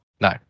No